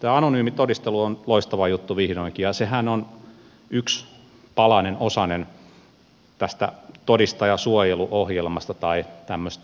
tämä anonyymi todistelu on loistava juttu vihdoinkin ja sehän on yksi palanen osanen tästä todistajansuojeluohjelmasta tai tämmöisestä laajemmasta hankkeesta